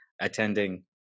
attending